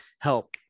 help